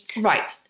Right